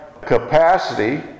capacity